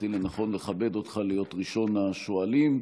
מצאתי לנכון לכבד אותך להיות ראשון השואלים.